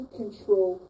control